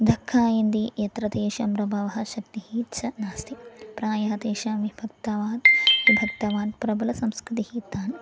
धक्खायन्दि यत्र तेषां प्रभावः शक्तिः च नास्ति प्रायः तेषां विभक्तवान् विभक्तवान् प्रबलसंस्कृतिः तान्